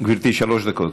גברתי, שלוש דקות.